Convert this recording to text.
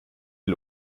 die